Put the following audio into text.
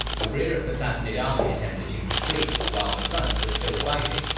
the rear of the sassanid army attempted to retreat, while the front was still fighting.